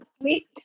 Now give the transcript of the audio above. sweet